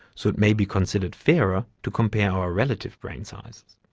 so it may be considered fairer to compare our relative brain sizes.